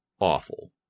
awful